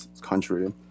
country